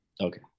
Okay